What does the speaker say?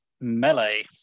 melee